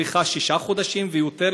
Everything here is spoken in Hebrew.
צריכים שישה חודשים ויותר,